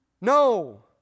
No